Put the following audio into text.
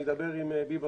אני אדבר שוב עם ביבס.